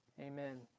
Amen